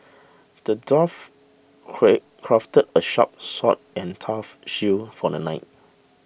the dwarf crafted a sharp sword and a tough shield for the knight